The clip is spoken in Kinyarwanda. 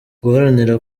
guharanira